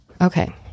Okay